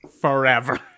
forever